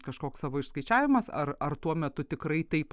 kažkoks savo išskaičiavimas ar ar tuo metu tikrai taip